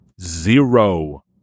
zero